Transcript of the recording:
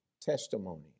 testimony